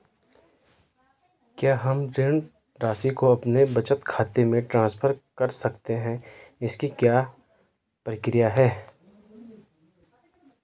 क्या हम ऋण राशि को अपने बचत खाते में ट्रांसफर कर सकते हैं इसकी क्या प्रक्रिया है?